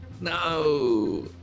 No